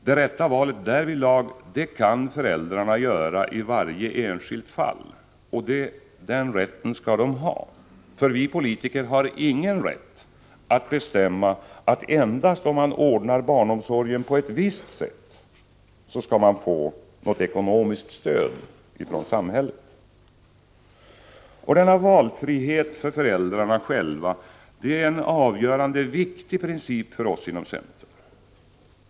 Det rätta valet därvidlag kan föräldrarna göra i varje enskilt fall, och den rätten skall de ha, eftersom vi politiker inte har någon rätt att bestämma att man endast om man ordnar barnomsorgen på ett visst sätt skall få något ekonomiskt stöd från samhället. Denna valfrihet för föräldrarna själva är en avgörande och viktig princip för oss inom centern.